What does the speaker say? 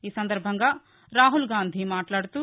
ఈసందర్భంగా రాహుల్ గాంధీ మాట్లాడుతూ